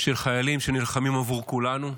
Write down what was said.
של חיילים שנלחמים עבור כולנו.